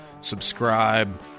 subscribe